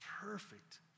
perfect